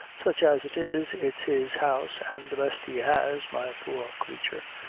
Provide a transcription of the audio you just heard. sich as it is, it's his house, an' the best he has, my poor creature.